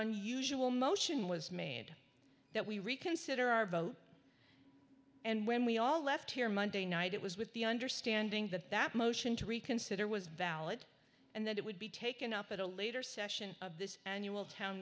an usual motion was made that we reconsider our vote and when we all left here monday night it was with the understanding that that motion to reconsider was valid and that it would be taken up at a later session of this an